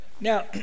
now